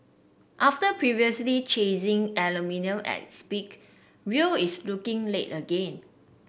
after previously chasing aluminium at its peak Rio is looking late again